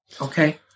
Okay